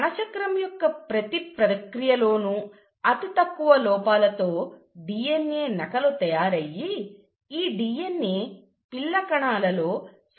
కణచక్రం యొక్క ప్రతి ప్రక్రియలోను అతి తక్కువ లోపాలతో DNA నకలు తయారయ్యి ఈ DNA పిల్ల కణాలలో సమానంగా విభజింపబడుతుంది